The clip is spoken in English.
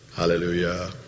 Hallelujah